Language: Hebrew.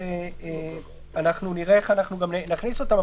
ונראה איך נכניס אותם,